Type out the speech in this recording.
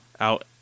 out